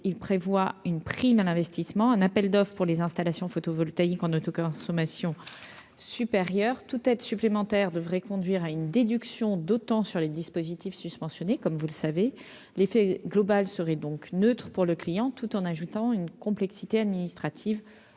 il prévoit une prime à l'investissement, un appel d'offres pour les installations photovoltaïque en autoconsommation supérieur toute aide supplémentaire devrait conduire à une déduction d'autant sur les dispositifs susmentionnés, comme vous le savez l'effet global serait donc neutre pour le client, tout en ajoutant une complexité administrative